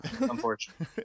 unfortunately